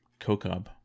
Kokob